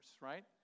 right